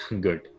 good